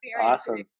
Awesome